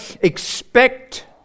expect